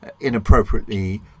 inappropriately